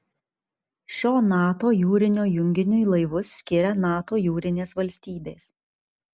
šio nato jūrinio junginiui laivus skiria nato jūrinės valstybės